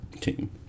team